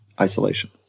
isolation